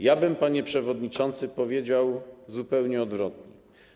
Ja bym, panie przewodniczący, powiedział zupełnie odwrotnie.